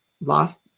lost